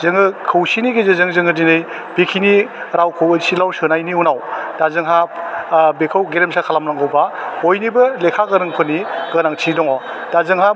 जोङो खौसेनि गेजेरजों जोङो दिनै बेखिनि रावखौ ओइत सिडुलाव सोनायनि उनाव दा जोंहा बेखौ गेरेमसा खालामनांगौबा बयनिबो लेखा गोरोंफोरनि गोनांथि दङ दा जोंहा